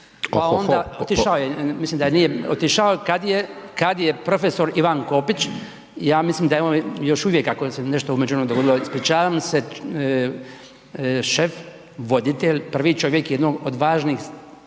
a onda otišao mislim da nije otišao kad profesor Ivan Kopić ja mislim da je on još uvijek ako se nešto u međuvremenu dogodilo, ispričavam se, šef, voditelj, prvi čovjek jednog od važnih